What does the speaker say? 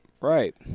Right